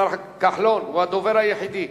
השר כחלון, הוא הדובר היחידי.